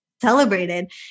celebrated